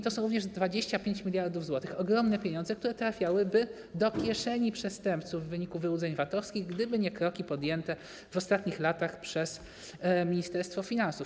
To jest również 25 mld zł, to ogromne pieniądze, które trafiałyby do kieszeni przestępców w wyniku wyłudzeń VAT-owskich, gdyby nie kroki podjęte w ostatnich latach przez Ministerstwo Finansów.